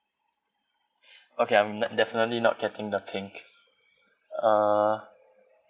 okay I'm definitely not getting the pink uh